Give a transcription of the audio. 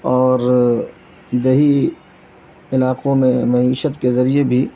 اور دیہی علاقوں میں معیشت کے ذریعے بھی